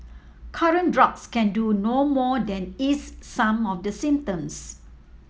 current drugs can do no more than ease some of the symptoms